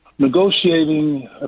negotiating